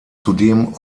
zudem